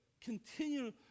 Continue